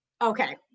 Okay